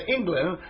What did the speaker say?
England